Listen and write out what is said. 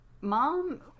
mom